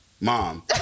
mom